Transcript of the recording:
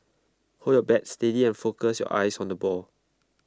hold your bat steady and focus your eyes on the ball